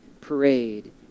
parade